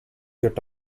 you’re